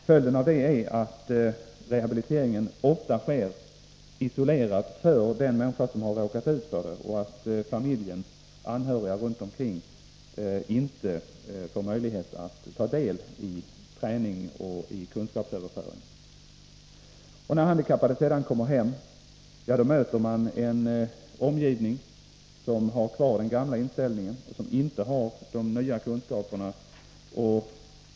Följden härav är att rehabiliteringen ofta sker isolerat för den människa som har råkat ut för ett handikapp och att familjen, anhöriga runt omkring, inte får möjlighet att ta del i träning och kunskapsöverföring. När den handikappade sedan kommer hem möter han en omgivning som har kvar den gamla inställningen och inte har de nya kunskaperna.